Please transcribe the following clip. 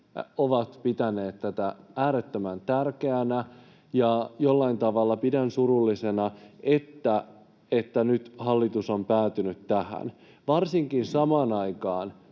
ovat pitäneet tätä äärettömän tärkeänä. Jollain tavalla pidän surullisena, että nyt hallitus on päätynyt tähän, varsinkin kun samaan aikaan